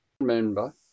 member